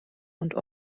und